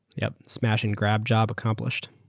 yeah smash and grab, job accomplished.